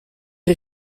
chi